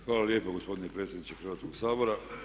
Hvala lijepo gospodine predsjedniče Hrvatskoga sabora.